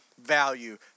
value